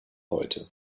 heute